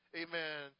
amen